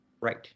right